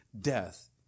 death